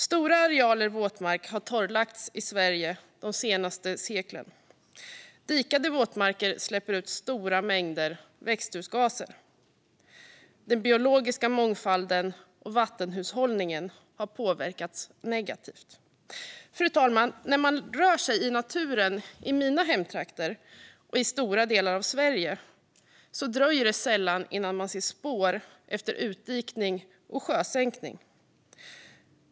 Stora arealer våtmark har torrlagts i Sverige de senaste seklen. Dikade våtmarker släpper ut stora mängder växthusgaser. Den biologiska mångfalden och vattenhushållningen har påverkats negativt. Fru talman! När man rör sig i naturen i mina hemtrakter och i stora delar av Sverige dröjer det sällan innan man ser spår efter utdikning eller sjösänkning.